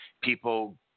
people –